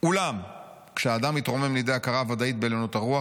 "אולם כשהאדם מתרומם לידי ההכרה הוודאית בעליונות הרוח,